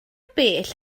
bell